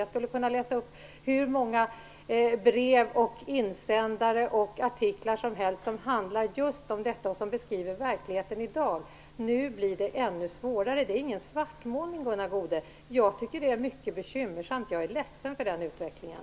Jag skulle kunna läsa upp hur många brev, insändare och artiklar som helst om just detta. Dessa beskriver verkligheten i dag, och nu blir det ännu svårare. Det är ingen svartmålning, Gunnar Goude. Jag tycker det är mycket bekymmersamt, och jag är ledsen för den här utvecklingen.